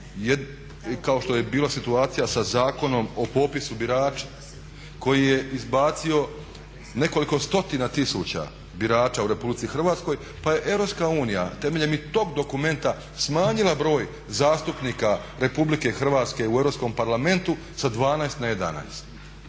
kao što je bila situacija sa Zakonom o popisu birača koji je izbacio nekoliko stotina tisuća birača u Republici Hrvatskoj, pa je Europska unija temeljem i tog dokumenta smanjila broj zastupnika Republike Hrvatske u Europskom parlamentu sa 12 na 11.